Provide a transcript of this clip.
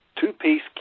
two-piece